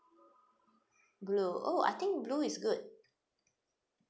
blue oh I think blue is good